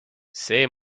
see